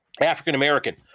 African-American